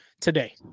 today